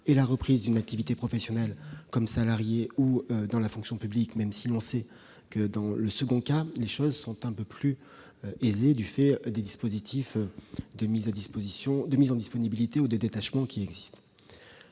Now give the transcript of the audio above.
et la reprise d'une activité professionnelle comme salarié ou dans la fonction publique, même si l'on sait que, dans le second cas, les choses sont un peu plus aisées du fait des dispositifs de mise en disponibilité ou de détachement. Nous